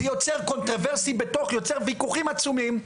זה יוצר ויכוחים עצומים.